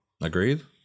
Agreed